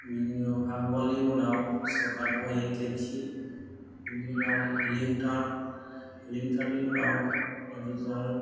बिनि हाफ वालनि उनाव सौखाथ बहायो खिरखि बेनि उनाव लिंथार लिंथारनि उनाव आरो